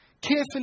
Carefully